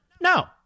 No